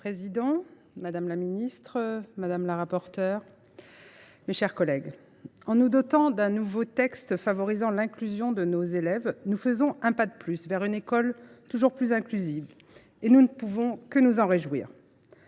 Monsieur le président, madame la ministre, mes chers collègues, en nous dotant d’un nouveau texte visant à favoriser l’inclusion de nos élèves, nous faisons un pas de plus vers une école toujours plus inclusive. Nous ne pouvons que nous en réjouir.